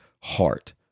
heart